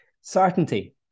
Certainty